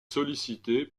sollicité